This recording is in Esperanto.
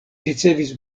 ricevis